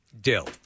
Dill